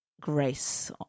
grace